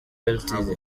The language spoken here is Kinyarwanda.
ltd